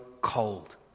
cold